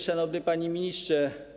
Szanowny Panie Ministrze!